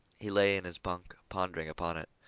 he lay in his bunk pondering upon it.